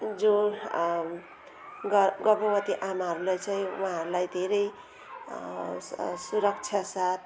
जो ग गर्भवती आमाहरूलाई चाहिँ उहाँहरूलाई धेरै स सुरक्षा साथ